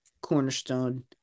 cornerstone